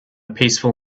peaceful